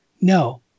no